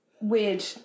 weird